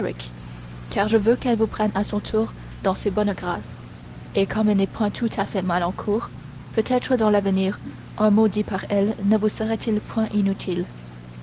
car je veux qu'elle vous prenne à son tour dans ses bonnes grâces et comme elle n'est point tout à fait mal en cour peut-être dans l'avenir un mot dit par elle ne vous serait-il point inutile